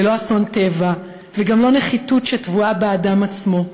היא לא אסון טבע והיא גם לא נחיתות שטבועה באדם עצמו,